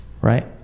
Right